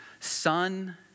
son